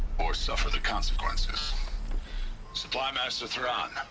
or suffer the consequences supply master thiran.